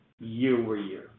year-over-year